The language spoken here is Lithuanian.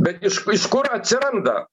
bet iš iš kur atsiranda